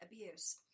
abuse